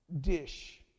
dish